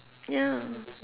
ya